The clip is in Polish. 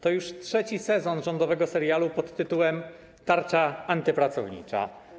To już trzeci sezon rządowego serialu pt. tarcza antypracownicza.